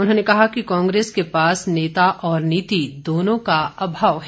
उन्होंने कहा कि कांग्रेस के पास नेता और नीति दोनों का अभाव है